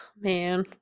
Man